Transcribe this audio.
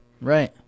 Right